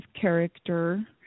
character